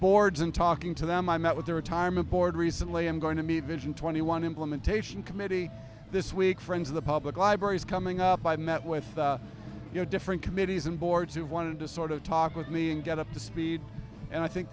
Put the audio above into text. boards and talking to them i met with their retirement board recently i'm going to be the agent twenty one implementation committee this week friends of the public library is coming up i met with you know different committees and boards who wanted to sort of talk with me and get up to speed and i think